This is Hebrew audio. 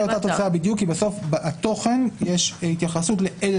התוצאה היא אותה תוצאה בדיוק כי בסוף בתוכן יש התייחסות לאיזה